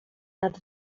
nad